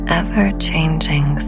ever-changing